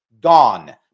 gone